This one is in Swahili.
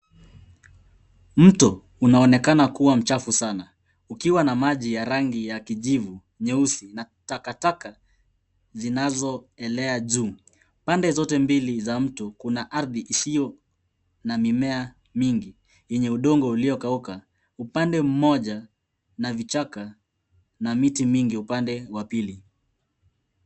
Mto unaonekana kuwa mchafu sana, ukiwa na rangi ya kijivu, nyeusi na takataka zinazoelea juu. Pande zote mbili za mto kuna ardhi isiyo na mimea mingi yenye udongo uliokauka. Upande mmoja na vichaka na miti mingi upande wa pili.